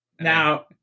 Now